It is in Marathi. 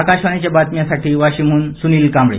आकाशवाणी बातम्यांसाठी वाशिमहून सुनील कांबळे